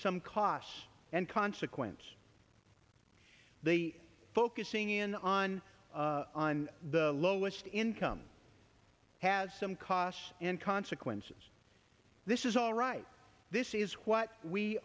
some costs and consequence they focusing in on on the lowest income has some costs and consequences this is all right this is what we